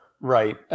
Right